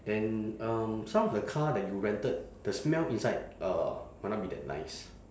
then um some of the car that you rented the smell inside uh might not be that nice